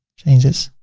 change this.